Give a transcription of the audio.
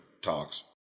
talks